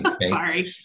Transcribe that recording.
Sorry